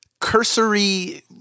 cursory